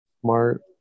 smart